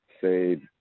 Say